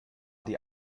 die